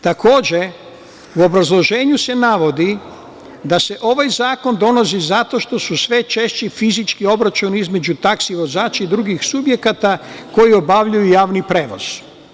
Takođe, u obrazloženju se navodi da se ovaj zakon donosi zato što su sve češći fizički obračuni između taksi vozača i drugih subjekata koji obavljaju javni prevoz.